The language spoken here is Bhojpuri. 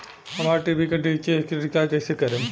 हमार टी.वी के डी.टी.एच के रीचार्ज कईसे करेम?